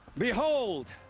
behold.